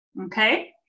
Okay